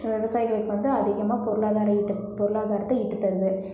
விவசாயிகளுக்கு வந்து அதிகமாக பொருளாதாரம் ஈட்ட பொருளாதாரத்தை ஈட்டி தருது